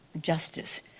justice